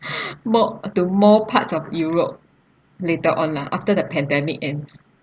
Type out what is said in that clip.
more to more parts of europe later on lah after that pandemic ends